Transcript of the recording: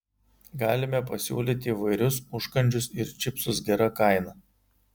galime pasiūlyti įvairius užkandžius ir čipsus gera kaina